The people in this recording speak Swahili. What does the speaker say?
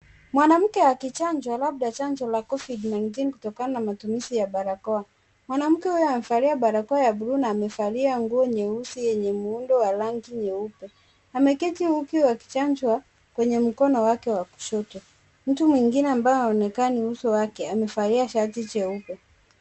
Mwanamke akichangwa labda chanjo la Covid-19 kutokana na matumizi ya barakoa. Mwanamke huyo amevalia barakoa ya bluu na amevalia nguo nyeusi yenye muundo wa rangi nyeupe. Ameketi huku akichanjwa kwenye mkono wake wa kushoto. Mtu mwingine ambaye haonekanani uso wake amevalia shati jeupe.